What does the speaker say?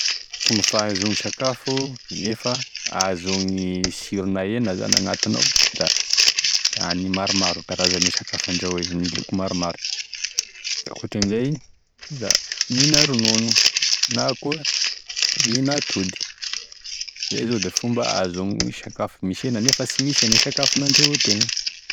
Fomba fahandrahoy sakafo nefa ahazoa sirona hena zany agnatiny ao da hany maromaro e kazan'e sakafo handraoy, ny loko maromaro, da akoatrin'izay, da mihina ronono na koa mihina atody, izay zao da fomba ahazoa siron'e sakafo misy hena nefa sy hena e sakafo nandrahoantegna.